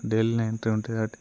day లోనే entry ఉంటుంది కాబట్టి